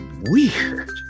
weird